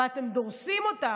ואתם דורסים אותם.